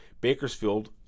bakersfield